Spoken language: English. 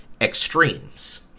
extremes